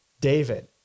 David